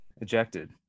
ejected